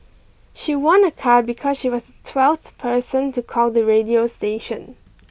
she won a car because she was twelfth person to call the radio station